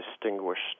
distinguished